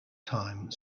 time